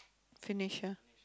finish ah